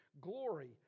glory